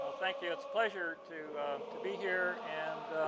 thank you, it's pleasure to to be here and